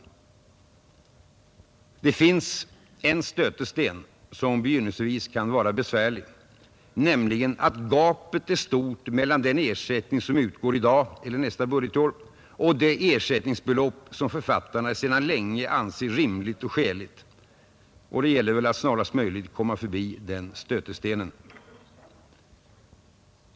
Det finns en stötesten, som begynnelsevis kan vara besvärlig, nämligen att gapet är stort mellan den ersättning som utgår i dag och det ersättningsbelopp som författarna sedan länge anser rimligt och skäligt. Det gäller väl att snarast möjligt komma förbi den stötestenen.